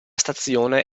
stazione